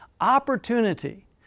opportunity